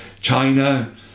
China